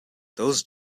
those